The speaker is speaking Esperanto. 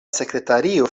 sekretario